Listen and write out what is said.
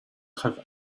have